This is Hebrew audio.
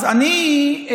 אז אני,